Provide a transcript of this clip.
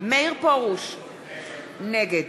מאיר פרוש, נגד